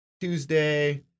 Tuesday